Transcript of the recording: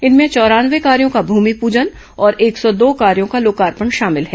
इनमें चौरानवे कार्यो का भूमिपूजन और एक सौ दो कार्यो का लोकार्पण शामिल हैं